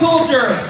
Culture